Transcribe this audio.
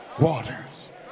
waters